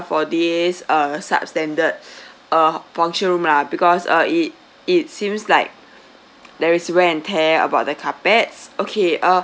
for this uh substandard uh function room lah because uh it it seems like there is wear and tear about the carpets okay uh